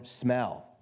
smell